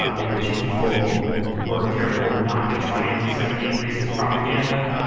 um in which people were careful not to try and disseminate racist propaganda.